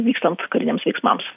vykstant kariniams veiksmams